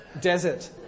Desert